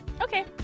Okay